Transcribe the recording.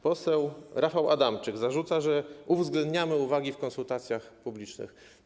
Poseł Rafał Adamczyk zarzuca, że uwzględniamy uwagi w konsultacjach publicznych.